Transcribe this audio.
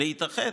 להתאחד.